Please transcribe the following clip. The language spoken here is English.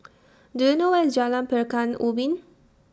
Do YOU know Where IS Jalan Pekan Ubin